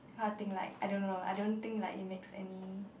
how i think like I don't know think like it makes any